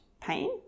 pain